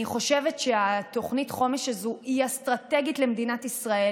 אני חושבת שתוכנית החומש הזאת היא אסטרטגית למדינת ישראל.